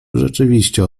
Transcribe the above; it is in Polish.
rzeczywiście